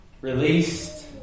released